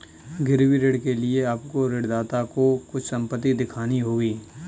गिरवी ऋण के लिए आपको ऋणदाता को कुछ संपत्ति दिखानी होगी